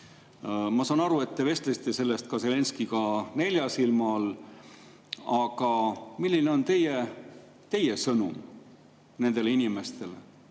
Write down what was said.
Ma saan aru, et te vestlesite sellest ka Zelenskõiga nelja silma all. Milline on teie sõnum nendele inimestele?